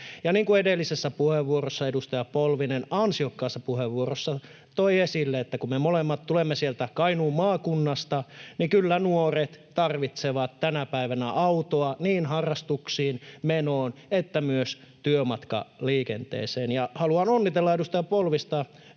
kuin edellisessä puheenvuorossa, ansiokkaassa puheenvuorossa, edustaja Polvinen toi esille — me molemmat tulemme sieltä Kainuun maakunnasta — kyllä nuoret tarvitsevat tänä päivänä autoa niin harrastuksiin, menoon kuin myös työmatkaliikenteeseen. Ja haluan onnitella edustaja Polvista